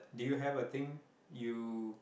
do you have a thing you